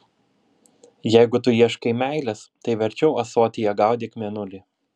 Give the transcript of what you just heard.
jeigu tu ieškai meilės tai verčiau ąsotyje gaudyk mėnulį